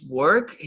work